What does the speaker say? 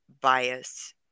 bias